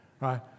Right